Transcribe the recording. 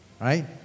Right